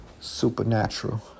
Supernatural